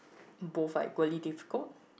both like quite difficulty